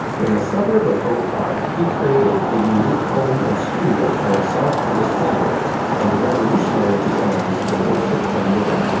in the suburb of oak park, he created a unique home and studio for himself and his family and revolutionary designs for worship and living.